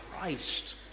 Christ